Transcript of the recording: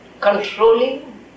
controlling